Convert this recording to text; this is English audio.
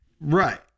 Right